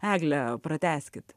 eglė pratęskit